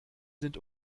sind